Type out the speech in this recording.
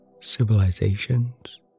civilizations